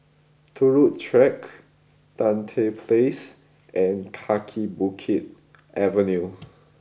Turut Track Tan Tye Place and Kaki Bukit Avenue